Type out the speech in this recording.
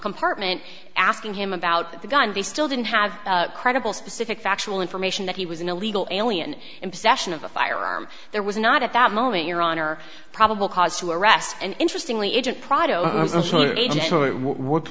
compartment asking him about the gun they still didn't have credible specific factual information that he was an illegal alien in possession of a firearm there was not at that moment your honor probable cause to arrest and interestingly agent